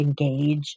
engage